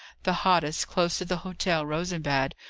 the hottest, close to the hotel rosenbad,